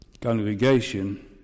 Congregation